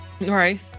Right